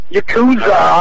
Yakuza